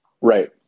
Right